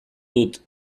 dut